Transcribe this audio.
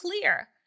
clear